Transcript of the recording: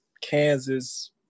Kansas